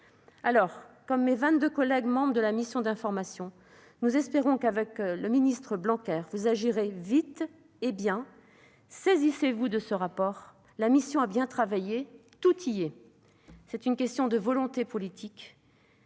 Alors, comme mes vingt-deux collègues membres de la mission d'information, nous espérons que, avec le ministre Jean-Michel Blanquer, vous agirez vite et bien. Saisissez-vous de ce rapport ! La mission a bien travaillé, tout y est ! C'est une question de volonté politique.